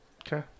Okay